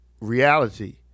reality